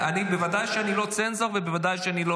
בוודאי שאני לא צנזור ובוודאי שאני לא